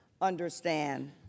understand